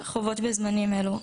חוות בזמנים אלו.